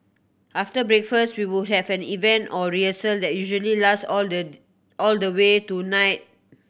after breakfast we would have an event or rehearsal that usually lasts all the all the way to night